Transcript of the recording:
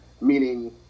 meaning